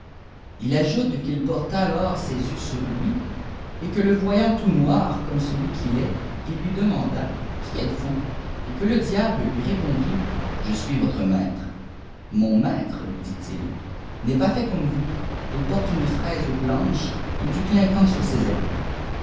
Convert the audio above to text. il tfjoute qu'il porta lors ses yeux sur lui et que le vopnt tout noir comme cefui qu'il est il lui demanda qui ètes vous et que letliable lui répondit je suis votre maître mon maître lui dit-il n'est pas fait comme vous il porte une fraise blanche et du clinquant sur ses habits